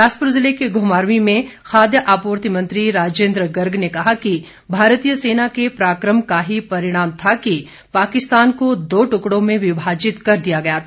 बिलासपुर जिले के घुमारवीं में खाद्य आपूर्ति मंत्री राजेंद्र गर्ग ने कहा कि भारतीय सेना के पराक्रम का ही परिणाम था कि पाकिस्तान को दो ट्रकड़ों में विभाजित कर दिया गया था